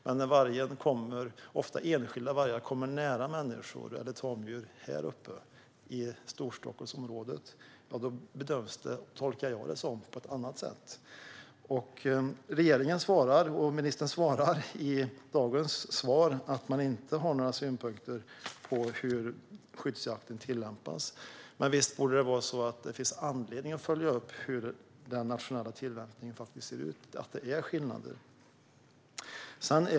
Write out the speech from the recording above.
Men när vargen - ofta enskilda vargar - kommer nära människor eller tamdjur här i Storstockholmsområdet tolkar jag det som att det bedöms på ett annat sätt. Regeringen och ministern säger i dagens interpellationssvar att de inte har några synpunkter på hur skyddsjakten tillämpas. Men visst borde det vara så att det finns anledning att följa upp hur den nationella tillämpningen faktiskt ser ut och att det finns skillnader?